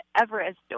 Everest